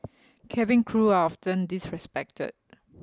cabin crew are often disrespected